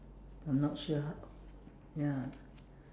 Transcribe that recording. I'm not sure how ya